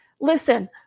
listen